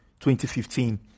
2015